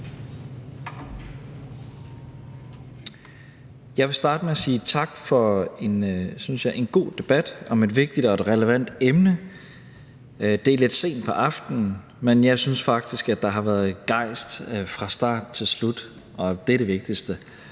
Jeg vil starte med at sige tak for en, synes jeg, god debat om et vigtigt og relevant emne. Det er lidt sent på aftenen, men jeg synes faktisk, at der har været gejst fra start til slut, og det er det vigtigste.